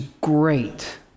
great